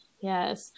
Yes